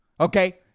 Okay